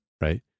right